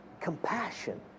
Compassion